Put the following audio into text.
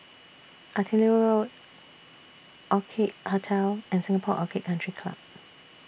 Artillery Road Orchid Hotel and Singapore Orchid Country Club